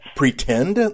pretend